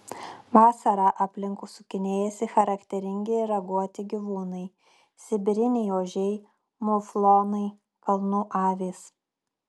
vasarą aplink sukinėjasi charakteringi raguoti gyvūnai sibiriniai ožiai muflonai kalnų avys